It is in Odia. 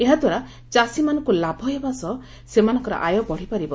ଏହା ଦ୍ୱାରା ଚାଷୀମାନଙ୍କୁ ଲାଭ ହେବା ସହ ମୋନଙ୍କର ଆୟ ବଢ଼ି ପାରିବ